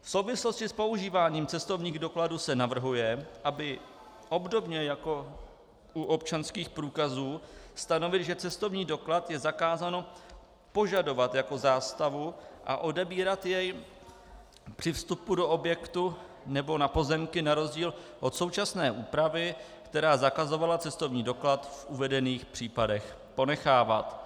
V souvislosti s používáním cestovních dokladů se navrhuje obdobně jako u občanských průkazů stanovit, že cestovní doklad je zakázáno požadovat jako zástavu a odebírat jej při vstupu do objektu nebo na pozemky, na rozdíl od současné úpravy, která zakazovala cestovní doklad v uvedených případech ponechávat.